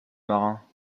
marin